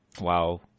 wow